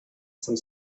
some